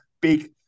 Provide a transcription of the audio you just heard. big